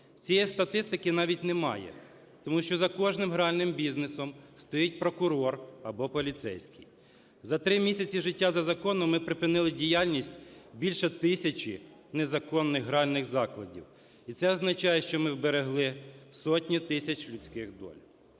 Цієї статистики навіть немає, тому що за кожним гральним бізнесом стоїть прокурор або поліцейський. За три місяці життя за законом ми припинили діяльність більше тисячі незаконних гральних закладів, і це означає, що ми вберегли сотні тисяч людських доль.